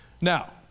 Now